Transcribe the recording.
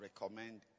recommend